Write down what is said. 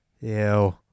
Ew